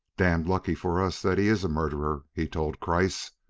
damned lucky for us that he is a murderer! he told kreiss.